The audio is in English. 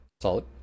Solid